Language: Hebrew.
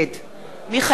מיכאל איתן,